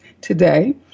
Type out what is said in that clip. today